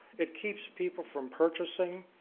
it keeps people from purchasing,